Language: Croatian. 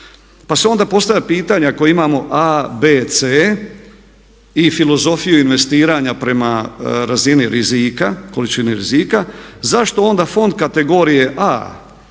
Pa se onda postavlja pitanje ako imamo A, B, C i filozofiju investiranja prema razini rizika, količini rizika zašto onda fond kategorije A